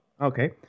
okay